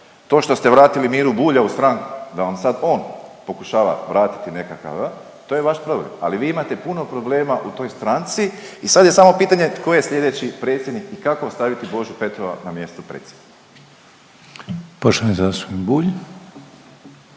To što ste vratili Mira Bulja u stranku da vam sad on pokušava vratiti nekakav, to je vaš problem. Ali vi imate puno problema u toj stranci i sad je samo pitanje tko je sljedeći predsjednik i kako staviti Božu Petrova na mjesto predsjednika. **Reiner, Željko